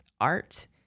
art